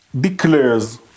declares